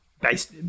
based